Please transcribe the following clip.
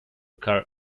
car